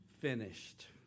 finished